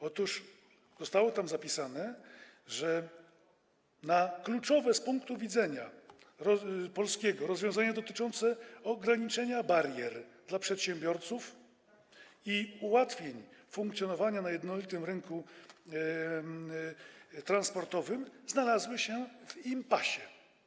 Otóż zostało tam zapisane, że kluczowe z polskiego punktu widzenia prace nad rozwiązaniami dotyczącymi ograniczenia barier dla przedsiębiorców i ułatwień funkcjonowania na jednolitym rynku transportowym znalazły się w impasie.